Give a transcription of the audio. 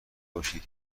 باشید